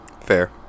Fair